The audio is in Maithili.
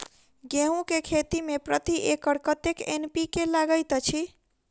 गेंहूँ केँ खेती मे प्रति एकड़ कतेक एन.पी.के लागैत अछि?